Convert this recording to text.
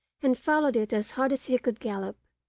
and followed it as hard as he could gallop.